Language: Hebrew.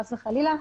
חס וחלילה.